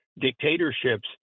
dictatorships